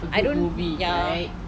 a good movie correct